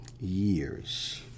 years